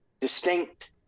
distinct